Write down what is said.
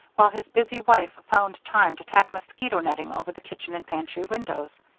while his busy wife found time to tack mosquito-netting over the kitchen and pantry windows.